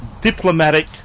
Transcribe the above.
diplomatic